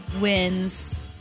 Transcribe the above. wins